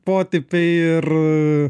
potipiai ir